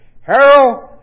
Harold